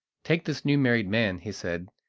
take this new-married man, he said,